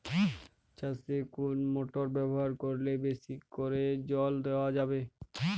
চাষে কোন মোটর ব্যবহার করলে বেশী করে জল দেওয়া যাবে?